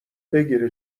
بگیره